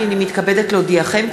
הנני מתכבדת להודיעכם,